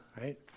right